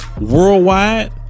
worldwide